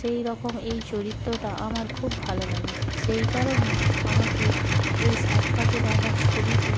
সেইরকম এই চরিত্রটা আমার খুব ভালো লাগে সেই কারণেই আমাকে এই সাত পাঁকে বাঁধা ছবিটি